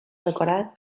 decorat